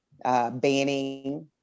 Banning